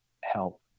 help